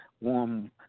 warm